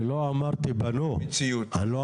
אני לא אמרתי פנו.